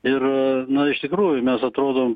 ir na iš tikrųjų mes atrodom